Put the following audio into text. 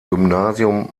gymnasium